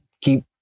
keep